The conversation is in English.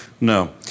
No